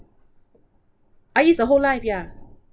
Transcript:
ah it's the whole life yeah